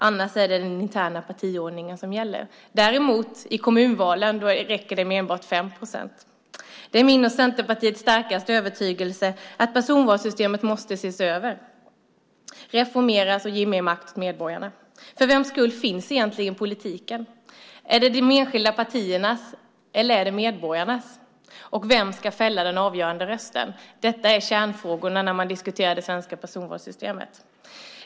Annars är det den interna partiordningen som gäller. I kommunvalen räcker det däremot med 5 procent. Det är min och Centerpartiets starka övertygelse att personvalssystemet måste ses över, reformeras och ge mer makt åt medborgarna. För vems skull finns egentligen politiken? För de enskilda partierna eller för medborgarna? Vem ska fälla den avgörande rösten? Detta är kärnfrågorna när man diskuterar det svenska personvalssystemet.